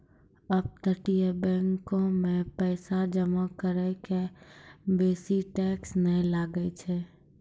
अपतटीय बैंको मे पैसा जमा करै के बेसी टैक्स नै लागै छै